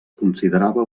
considerava